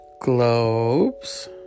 Globes